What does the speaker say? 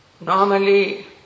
Normally